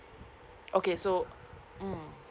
okay so mm